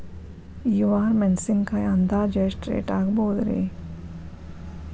ಈ ವಾರ ಮೆಣಸಿನಕಾಯಿ ಅಂದಾಜ್ ಎಷ್ಟ ರೇಟ್ ಆಗಬಹುದ್ರೇ?